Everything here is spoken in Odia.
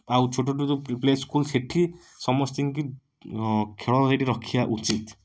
ଆଉ ଛୋଟ ଛୋଟ ପ୍ଲେ ସ୍କୁଲ ସେଇଠି ସମସ୍ତିଙ୍କି ଖେଳ ସେଇଠି ରଖିବା ଉଚିତ୍